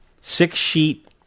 six-sheet